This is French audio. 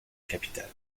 capitale